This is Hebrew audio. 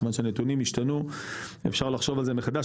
כיוון שהנתונים השתנו אפשר לחשוב על זה מחדש.